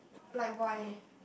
like why